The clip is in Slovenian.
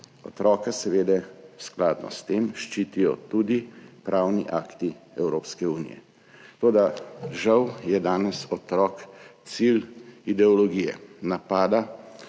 Otroka seveda skladno s tem ščitijo tudi pravni akti Evropske unije. Toda žal je danes otrok cilj ideologije napada